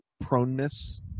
proneness